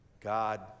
God